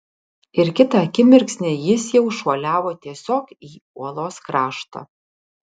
ir kitą akimirksnį jis jau šuoliavo tiesiog į uolos kraštą